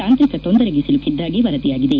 ತಾಂತ್ರಿಕ ತೊಂದರೆಗೆ ಸಿಲುಕಿದ್ದಾಗಿ ವರದಿಯಾಗಿದೆ